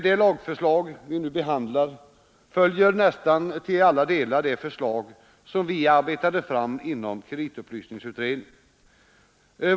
Det lagförslag vi behandlar följer till nästan alla delar det förslag som vi arbetade fram inom kreditupplysningsutredningen.